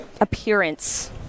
appearance